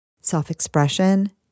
Self-expression